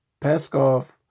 Peskov